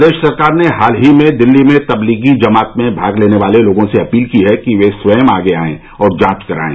प्रदेश सरकार ने हाल ही में दिल्ली में तब्लीगी जमात में भाग लेने वाले लोगों से अपील की है कि वे स्वयं आगे आएं और जांच कराएं